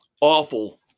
awful